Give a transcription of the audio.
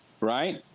right